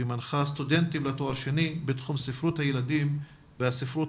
נטים לתואר שני בתחום ספרות הילדים והספרות